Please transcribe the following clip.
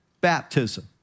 baptism